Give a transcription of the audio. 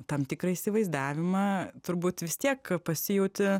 tam tikrą įsivaizdavimą turbūt vis tiek pasijauti